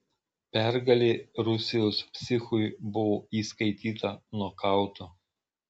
pergalė rusijos psichui buvo įskaityta nokautu